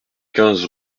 quinze